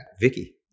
Vicky